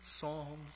psalms